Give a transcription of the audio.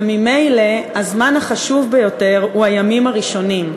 וממילא הזמן החשוב ביותר הוא הימים הראשונים,